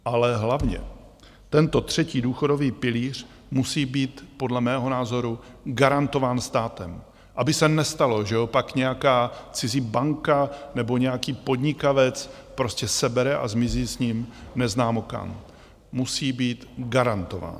Ale hlavně, tento třetí důchodový pilíř musí být podle mého názoru garantován státem, aby se nestalo, že ho pak nějaká cizí banka nebo nějaký podnikavec prostě sebere a zmizí s ním neznámo kam musí být garantován.